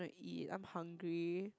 gonna eat I'm hungry